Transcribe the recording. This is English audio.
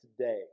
today